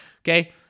Okay